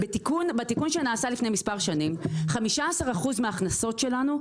בתיקון שנעשה לפני מספר שנים 15% מההכנסות שלנו,